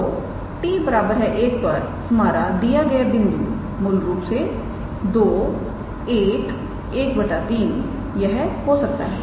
तो𝑡 1 पर हमारा दिया गया बिंदु मूल रूप से 21 1 3 यह हो सकता है